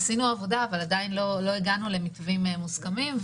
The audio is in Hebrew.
עשינו עבודה אבל עדיין לא הגענו למתווים מוסכמים.